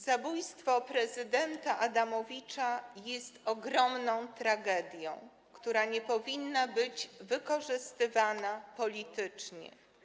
Zabójstwo prezydenta Adamowicza jest ogromną tragedią, która nie powinna być wykorzystywana politycznie.